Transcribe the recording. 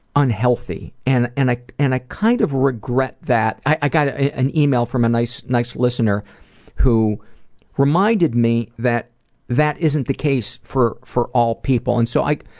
unhealthy and and i i kind of regret that. i got an email from a nice nice listener who reminded me that that isn't the case for for all people and so i